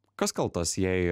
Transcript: kas kaltas jei